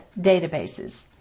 databases